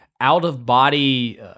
out-of-body